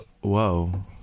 Whoa